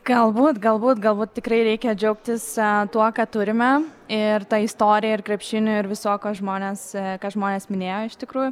galbūt galbūt galbūt tikrai reikia džiaugtis tuo ką turime ir ta istorija ir krepšiniu ir visu ko žmonės ką žmonės minėjo iš tikrųjų